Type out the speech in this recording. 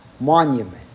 monument